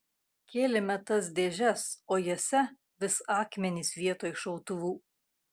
kėlėme tas dėžes o jose vis akmenys vietoj šautuvų